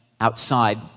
outside